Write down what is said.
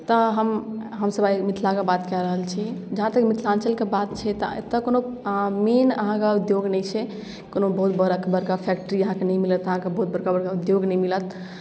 तऽ हम हमसभ आइ मिथिलाके बात कए रहल छी जहाँतक मिथिलाञ्चलके बात छै तऽ एतय कोनो मेन अहाँके उद्योग नहि छै कोनो बहुत बड़ा बड़का फैक्ट्री अहाँके नहि मिलत अहाँके बहुत बड़का बड़का उद्योग नहि मिलत